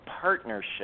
partnership